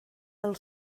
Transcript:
del